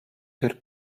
per